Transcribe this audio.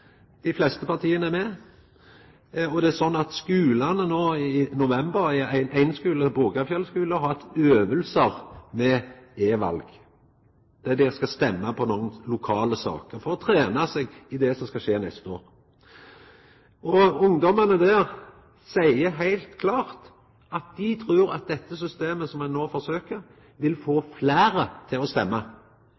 dei fleste partia er med. Ein skule, Bogafjell skule, har no i november hatt øvingar med e-val, der dei skal stemma i nokre lokale saker for å trena seg til det som skal skje neste år. Ungdommane der seier heilt klart at dei trur at dette systemet som ein no forsøkjer, vil få